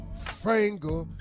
finger